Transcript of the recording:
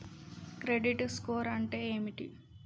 Credit score అంటే ఏమిటి?